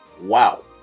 Wow